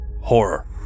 Horror